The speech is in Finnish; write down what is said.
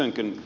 kysynkin